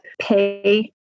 pay